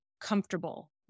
comfortable